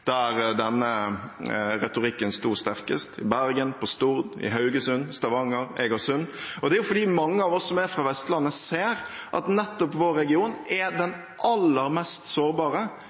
der denne retorikken sto sterkest – i Bergen, på Stord, i Haugesund, i Stavanger, i Egersund. Det er fordi mange av oss som er fra Vestlandet, ser at nettopp vår region er den aller mest sårbare